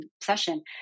session